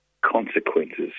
consequences